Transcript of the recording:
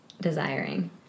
desiring